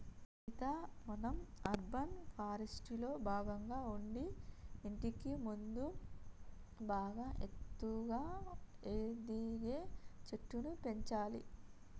సీత మనం అర్బన్ ఫారెస్ట్రీలో భాగంగా ఉండి ఇంటికి ముందు బాగా ఎత్తుగా ఎదిగే చెట్లను పెంచాలి